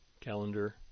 Calendar